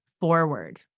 forward